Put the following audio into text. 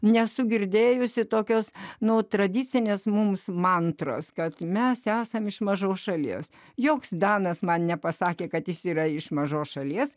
nesu girdėjusi tokios nuo tradicinės mums mantros kad mes esam iš mažos šalies joks danas man nepasakė kad jis yra iš mažos šalies